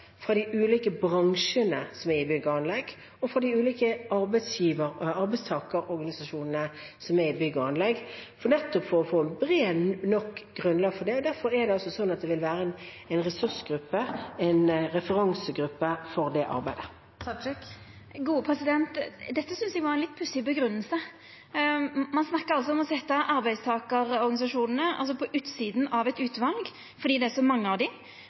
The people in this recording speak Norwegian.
bygg og anlegg og fra de ulike arbeidstakerorganisasjonene i bygg og anlegg, nettopp for å få et bredt nok grunnlag. Derfor vil det være en ressursgruppe, en referansegruppe, for det arbeidet. Dette synest eg var ei litt pussig grunngjeving. Ein snakkar altså om å setja arbeidstakarorganisasjonane på utsida av eit utval fordi det er så mange av dei,